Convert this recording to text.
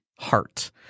Heart